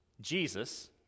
Jesus